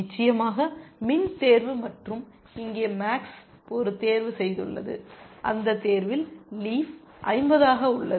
நிச்சயமாக மின் தேர்வு மற்றும் இங்கே மேக்ஸ் ஒரு தேர்வு செய்துள்ளது அந்த தேர்வில் லீஃப் 50 ஆக உள்ளது